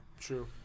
True